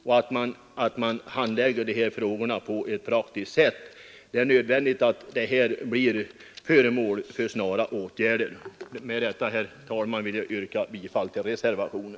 De här frågorna måste handläggas på ett praktiskt sätt, och det är nödvändigt att bestämmelserna snarast blir föremål för prövning. Herr talman! Med det anförda vill jag yrka bifall till reservationen.